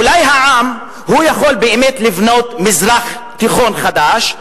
אולי העם באמת יכול לבנות מזרח תיכון חדש?